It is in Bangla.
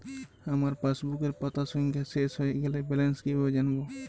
আমার পাসবুকের পাতা সংখ্যা শেষ হয়ে গেলে ব্যালেন্স কীভাবে জানব?